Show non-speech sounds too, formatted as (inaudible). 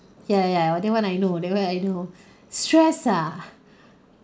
ya ya that one I know that one I know (breath) stress ah (breath)